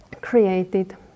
created